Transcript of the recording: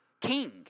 king